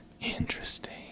Interesting